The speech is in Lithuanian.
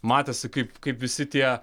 matėsi kaip kaip visi tie